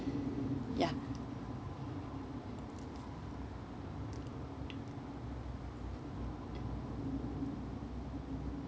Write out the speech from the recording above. ya